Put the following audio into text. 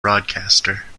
broadcaster